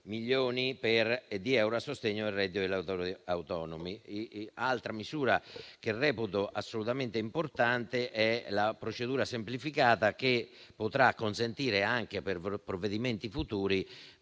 milioni di euro a sostegno del reddito dei lavoratori autonomi. Un'altra misura che reputo assolutamente importante è la procedura semplificata che potrà consentire anche per provvedimenti futuri